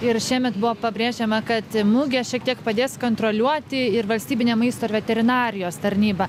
ir šiemet buvo pabrėžiama kad mugę šiek tiek padės kontroliuoti ir valstybinė maisto ir veterinarijos tarnyba